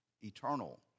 eternal